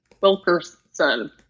Wilkerson